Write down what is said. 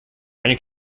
eine